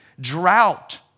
drought